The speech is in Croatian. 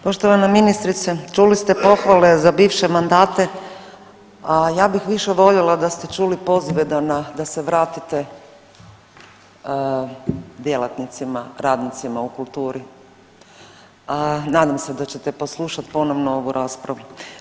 Poštovana ministrice, čuli ste pohvale za bivše mandate, a ja bih više voljela da ste čuli poziva da se vratite djelatnicima, radnicima u kulturi, nadam se da ćete poslušat ponovno ovu raspravu.